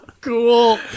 Cool